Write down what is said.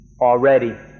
already